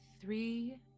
three